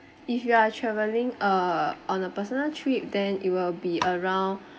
if you are travelling uh on a personal trip then it will be around